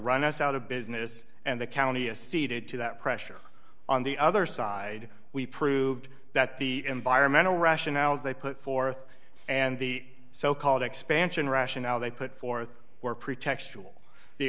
run us out of business and the county is ceded to that pressure on the other side we proved that the environmental rationales they put forth and the so called expansion rationale they put forth were pretextual the